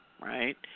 Right